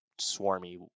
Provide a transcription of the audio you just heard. swarmy